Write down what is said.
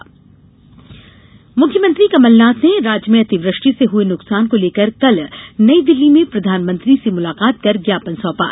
प्रधानमंत्री सीएम मुलाकात मुख्यमंत्री कमलनाथ ने राज्य में अतिवृष्टि से हुए नुकसान को लेकर कल नई दिल्ली में प्रधानमंत्री से मुलाकात कर ज्ञापन सौंपा